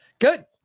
good